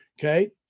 okay